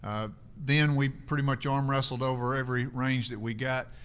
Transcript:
then we pretty much arm wrestled over every range that we got.